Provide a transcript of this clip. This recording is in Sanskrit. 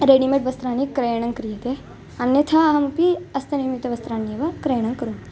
रेडिमेड् वस्त्राणां क्रयणं क्रियते अन्यथा अहमपि हस्तनिर्मितवस्त्राण्येव क्रयणं करोमि